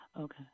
okay